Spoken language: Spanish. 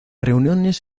reuniones